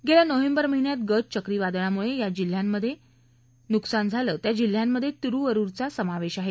गेल्या नोव्हेंबर महिन्यात गज चक्रीवादळामुळे ज्या जिल्ह्यांमध्ये नुकसान झालं त्या जिल्ह्यांमध्ये तिरुवरुरचा समावेश आहे